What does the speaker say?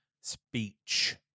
Speech